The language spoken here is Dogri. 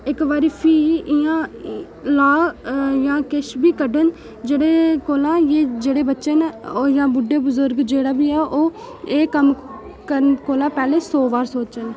इक बारी फ्ही इयां ला इयां किश बी कड्ढन जेह्दे कोला एह् जेह्ड़े बच्चे न ओह् जां बुड्ढे बजुर्ग जेह्ड़ा बी ऐ ओह् एह् कम्म करन कोला पैह्ले सौ बार सोचन